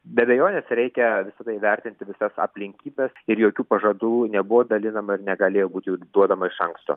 be abejonės reikia visada įvertinti visas aplinkybes ir jokių pažadų nebuvo dalinama ir negalėjo būti jų duodama iš anksto